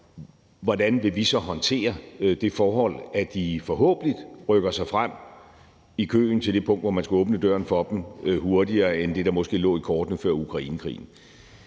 hvordan vi så vil håndtere det forhold, at de forhåbentlig rykker sig frem i køen til det punkt, hvor man skal åbne døren for dem hurtigere, end det måske lå i kortene før Ukrainekrigen.